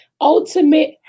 ultimate